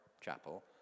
chapel